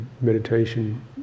meditation